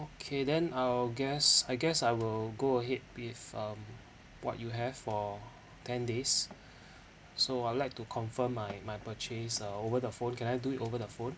okay then I'll guess I guess I will go ahead with um what you have for ten days so I'd like to confirm my my purchase um over the phone can I do it over the phone